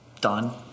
done